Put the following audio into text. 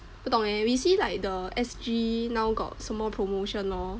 不懂 eh we see like the S_G Now got 什么 promotion lor